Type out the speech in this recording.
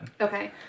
Okay